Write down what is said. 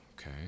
okay